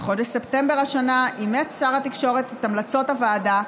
בחודש ספטמבר השנה אימץ שר התקשורת את המלצות הוועדה,